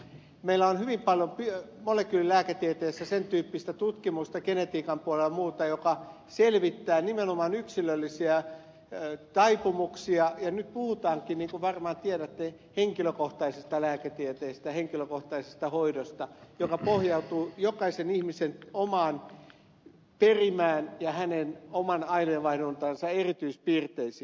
meillä on hyvin paljon molekyylilääketieteessä sen tyyppistä tutkimusta genetiikan puolella ja muuta joka selvittää nimenomaan yksilöllisiä taipumuksia ja nyt puhutaankin niin kuin varmaan tiedätte henkilökohtaisesta lääketieteestä henkilökohtaisesta hoidosta joka pohjautuu jokaisen ihmisen omaan perimään ja hänen oman aineenvaihduntansa erityispiirteisiin